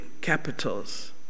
capitals